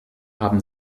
haben